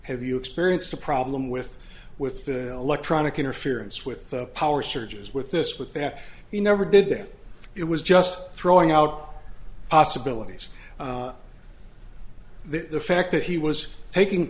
have you experienced a problem with with the electronic interference with the power surges with this with that he never did that it was just throwing out possibilities the fact that he was taking